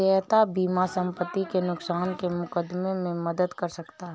देयता बीमा संपत्ति के नुकसान के मुकदमे में मदद कर सकता है